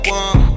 one